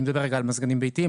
אני מדבר רגע על מזגנים ביתיים,